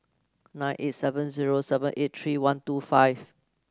nine eight seven zero seven eight three one two five